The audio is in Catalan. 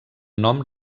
nom